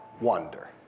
wonder